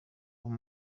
uwo